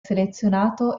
selezionato